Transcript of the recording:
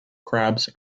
crabs